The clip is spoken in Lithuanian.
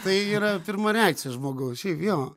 tai yra pirma reakcija žmogaus šiaip jo